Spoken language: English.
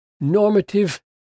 normative